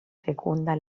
fecunda